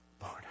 Lord